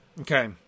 okay